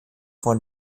von